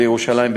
ירושלים,